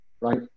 right